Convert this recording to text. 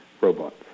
robots